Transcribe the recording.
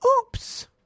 Oops